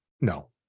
No